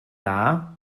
dda